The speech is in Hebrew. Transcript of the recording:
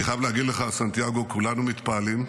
אני חייב להגיד לך, סנטיאגו, כולנו מתפעלים,